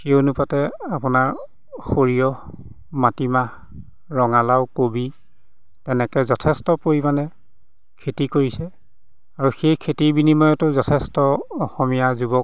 সেই অনুপাতে আপোনাৰ সৰিয়হ মাটিমাহ ৰঙালাও কবি তেনেকৈ যথেষ্ট পৰিমাণে খেতি কৰিছে আৰু সেই খেতিৰ বিনিময়তো যথেষ্ট অসমীয়া যুৱক